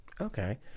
Okay